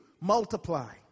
multiply